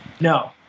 No